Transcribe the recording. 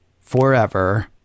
forever